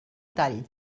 tall